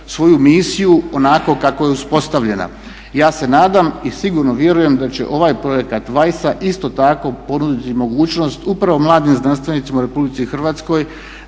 svoju misiju onako kako je uspostavljena. Ja se nadam i sigurno vjerujem da će ovaj projekat WISE-a isto tako ponuditi mogućnost upravo mladim znanstvenicima u RH da